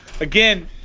again